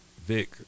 Vic